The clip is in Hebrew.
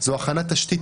זו אכן תשתית